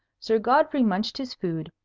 sir godfrey munched his food,